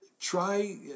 try